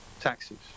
taxes